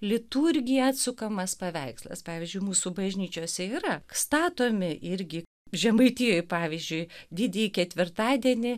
liturgija atsukamas paveikslas pavyzdžiui mūsų bažnyčiose yra statomi irgi žemaitijoj pavyzdžiui didįjį ketvirtadienį